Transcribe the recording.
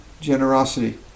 generosity